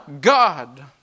God